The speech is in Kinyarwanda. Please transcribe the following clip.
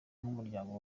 n’umuryango